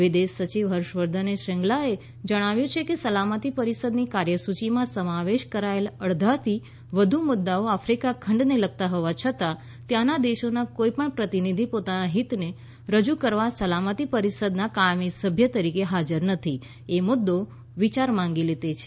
વિદેશ સચિવ હર્ષવર્ધન શ્રૃંગલાએ જણાવ્યું છે કે સલામતી પરિષદની કાર્યસૂચીમાં સમાવેશ કરાયેલ અડધાથી વધુ મુદ્દાઓ આફ્રિકા ખંડને લગતા હોવા છતાં ત્યાંના દેશોનો કોઈપણ પ્રતિનિધિ પોતાના હિતને રજૂ કરવા સલામતી પરિષદના કાયમી સભ્ય તરીકે હાજર નથી એ મુદ્દો વિચાર માંગી લે છે